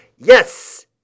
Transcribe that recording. Yes